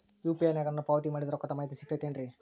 UPI ನಾಗ ನಾನು ಪಾವತಿ ಮಾಡಿದ ರೊಕ್ಕದ ಮಾಹಿತಿ ಸಿಗುತೈತೇನ್ರಿ?